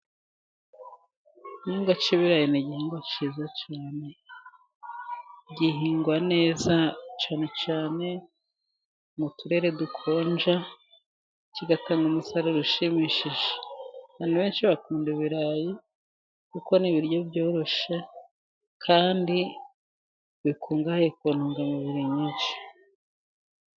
Igihingwa ni igihingwa kiza cyane. gihingwa neza cyane mu turere dukonja, kigatunga umusaruro ushimishije. Abantu benshi bakunda ibirayi kuko ni ibiryo byoroshye, kandi bikungahaye ku ntungamubiri nyinshi.